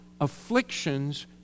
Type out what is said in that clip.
afflictions